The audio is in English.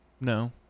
No